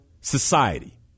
society